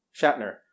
Shatner